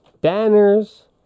banners